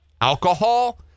Alcohol